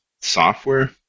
software